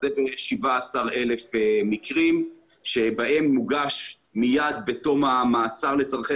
מדובר ב-17,000 מקרים בהם מוגש מיד בתום המעצר לצורכי